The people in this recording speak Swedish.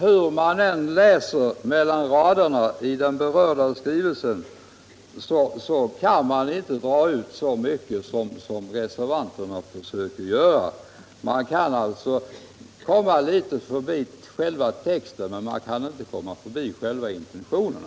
Hur man än läser mellan raderna i den berörda skrivelsen kan man inte dra ut så mycket som reservanterna försöker göra. Man kan komma litet förbi själva texten, men man kan inte komma förbi själva intentionerna.